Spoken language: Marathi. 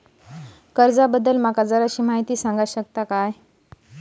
कर्जा बद्दल माका जराशी माहिती सांगा शकता काय?